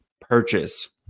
purchase